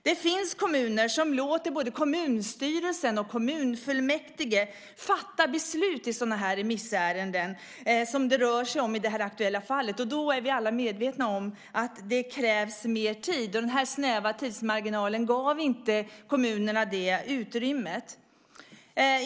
Det finns kommuner som låter både kommunstyrelsen och kommunfullmäktige fatta beslut i sådana remissärenden som det rör sig om i det aktuella fallet. Då är vi alla medvetna om att det krävs mer tid. Den snäva tidsmarginalen gav inte kommunerna det utrymmet.